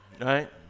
right